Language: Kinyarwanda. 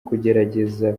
kugerageza